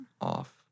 off